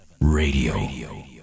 Radio